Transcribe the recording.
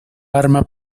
arma